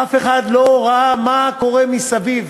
אף אחד לא ראה מה קורה מסביב.